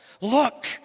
Look